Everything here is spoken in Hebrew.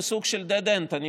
ואני